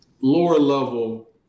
Lower-level